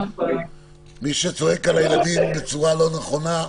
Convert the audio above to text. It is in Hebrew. מי שצועק על הילדים בצורה לא נכונה,